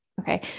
okay